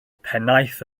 pennaeth